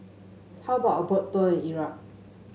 how about a Boat Tour Iraq